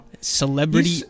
celebrity